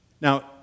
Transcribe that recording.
Now